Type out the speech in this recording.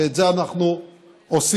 ואת זה אנחנו עושים.